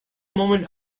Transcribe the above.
moment